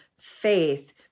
faith